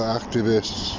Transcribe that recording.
activists